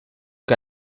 que